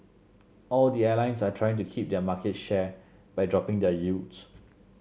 all the airlines are trying to keep their market share by dropping their yields